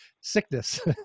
sickness